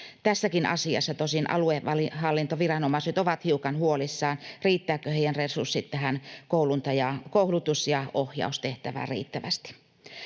Tässäkin asiassa tosin aluehallintoviranomaiset ovat hiukan huolissaan, riittävätkö heidän resurssinsa tähän koulutus- ja ohjaustehtävään riittävästi.